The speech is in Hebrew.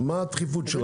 מה הדחיפות של העניין?